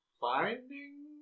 Finding